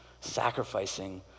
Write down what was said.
sacrificing